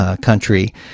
country